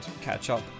catch-up